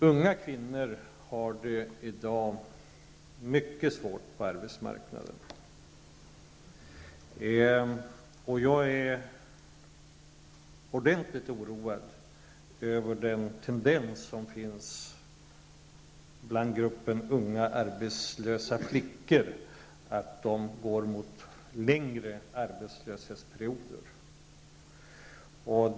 Unga kvinnor har det i dag mycket svårt på arbetsmarknaden, Anna Corshammar Bojerud, och jag är ordentligt oroad över att unga arbetslösa flickor tenderar att gå mot längre arbetslöshetsperioder.